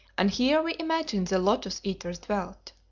and here we imagine the lotus-eaters dwelt.